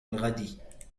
الغد